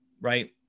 right